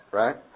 right